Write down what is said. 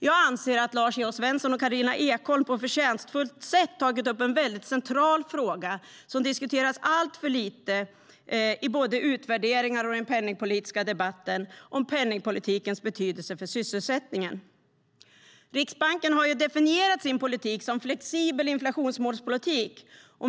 Jag anser att Lars E O Svensson och Karolina Ekholm på ett förtjänstfullt sätt har tagit upp en mycket central fråga som diskuteras alltför lite i både utvärderingar och den penningpolitiska debatten om penningpolitikens betydelse för sysselsättningen. Riksbanken har definierat sin politik som en flexibel inflationsmålspolitik.